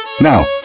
Now